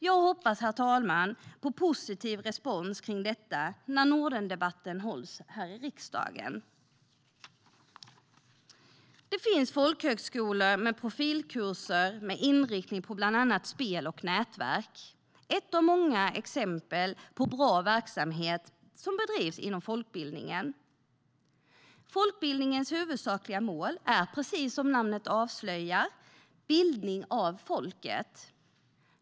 Jag hoppas på positiv respons kring detta när Nordendebatten hålls här i riksdagen. Det finns folkhögskolor med profilkurser med inriktning på bland annat spel och nätverk. Det är ett av många exempel på bra verksamhet som bedrivs inom folkbildningen. Folkbildningens huvudsakliga mål är precis som namnet avslöjar bildning av folket.